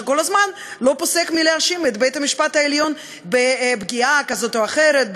שכל הזמן לא פוסק מלהאשים את בית-המשפט העליון בפגיעה כזאת או אחרת,